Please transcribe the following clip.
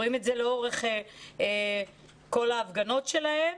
רואים את זה לאורך כל ההפגנות שלהם.